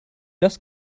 das